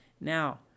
Now